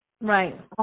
Right